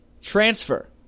transfer